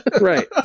Right